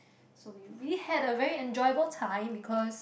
so we really had a very enjoyable time because